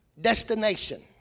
Destination